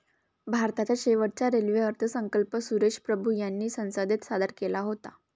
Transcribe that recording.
भारताचा शेवटचा रेल्वे अर्थसंकल्प सुरेश प्रभू यांनी संसदेत सादर केला होता